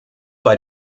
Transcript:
bei